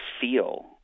feel –